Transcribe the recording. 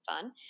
fun